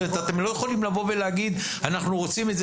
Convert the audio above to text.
אתם לא יכולים לבוא ולהגיד שאנחנו רוצים את זה